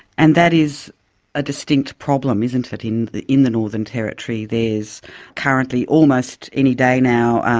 and that is a distinct problem, isn't it? in the in the northern territory there's currently, almost any day now,